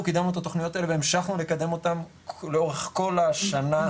אנחנו קידמנו את התוכניות האלה והמשכנו לקדם אותן לאורך כל השנה,